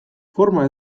forma